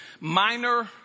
Minor